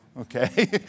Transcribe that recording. okay